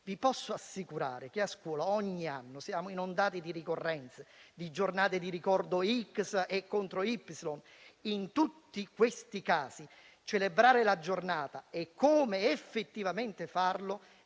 Vi posso assicurare che a scuola ogni anno siamo inondati di ricorrenze, di giornate di ricordo "x" e contro "y". In tutti questi casi, celebrare la giornata e come effettivamente farlo